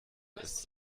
ist